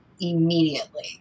immediately